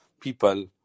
people